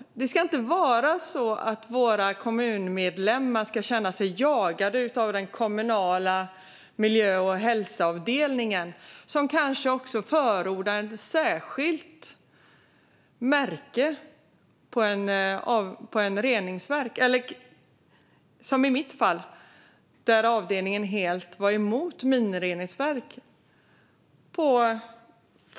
Våra kommunmedborgare ska inte behöva känna sig jagade av den kommunala miljö och hälsaavdelningen, som kanske också förordar ett särskilt märke på ett reningsverk. Det kan också vara som i mitt fall, där avdelningen helt var emot minireningsverk på vad